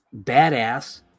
badass